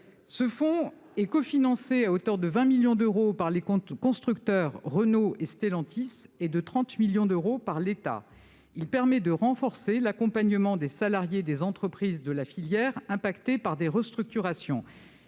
Ce fonds, cofinancé à hauteur de 20 millions d'euros par les constructeurs Renault et Stellantis et à hauteur de 30 millions d'euros par l'État, permet de renforcer l'accompagnement des salariés des entreprises de la filière affectées par des restructurations.